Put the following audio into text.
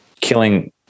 killing